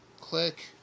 Click